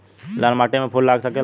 लाल माटी में फूल लाग सकेला?